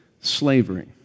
slavery